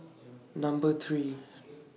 Number three